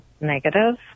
negative